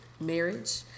marriage